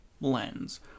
lens